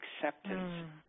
Acceptance